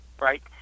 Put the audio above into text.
right